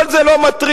כל זה לא מטריד,